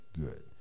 good